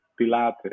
pilates